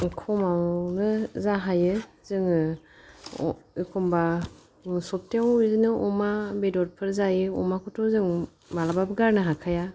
खमावनो जा हायो जोङो अ एखम्बा सफ्थायाव बिदिनो अमा बेदफोर जायो अमाखौथ' जों मालाबाबो गारनो हाखाया